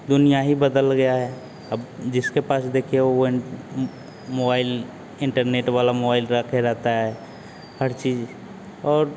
दुनिया ही बदल गई है अब जिसके पास देखिए वह इन इन मोवाइल इंटरनेट वाला मोवाइल रखे रहता है हर चीज़ और